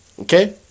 Okay